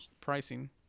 pricing